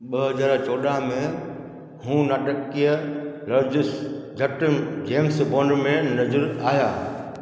ॿ हज़ार चोड़हां में हू नाटकीय लर्जिश जट जेम्स बॉन्ड में नज़रु आहिया